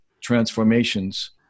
transformations